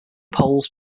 poles